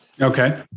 Okay